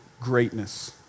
greatness